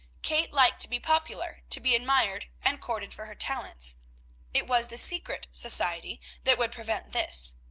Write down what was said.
kate liked to be popular, to be admired and courted for her talents it was the secret society that would prevent this.